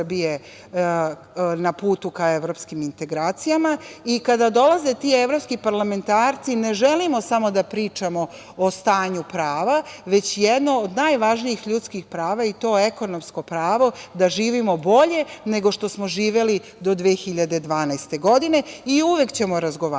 na putu ka evropskim integracijama i kada dolaze ti evropski parlamentarci, ne želimo samo da pričamo o stanju prava, već jedno od najvažnijih ljudskih prava, i to ekonomsko pravo, da živimo bolje nego što smo živeli do 2012. godine i uvek ćemo razgovarati